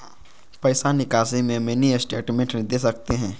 पैसा निकासी में मिनी स्टेटमेंट दे सकते हैं?